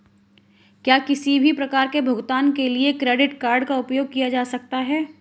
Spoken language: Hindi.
क्या किसी भी प्रकार के भुगतान के लिए क्रेडिट कार्ड का उपयोग किया जा सकता है?